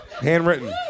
Handwritten